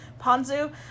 Ponzu